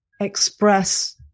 express